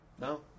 No